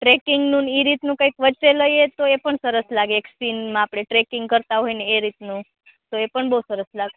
ટ્રેકિંગનું ને એ રીતનું કંઇક વચ્ચે લઈએ તો એ પણ સરસ લાગે એક સીનમાં આપણે ટ્રેકિંગ કરતાં હોઇને એ રીતનું તો એ પણ બહું સરસ લાગે